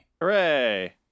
Hooray